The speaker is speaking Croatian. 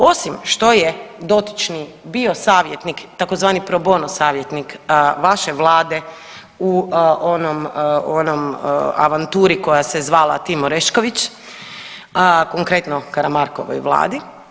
Osim što je dotični bio savjetnik, tzv. pro bono savjetnik vaše Vlade u onoj avanturi koja se zvala Tim Orešković, konkretno Karamarkovoj vladi.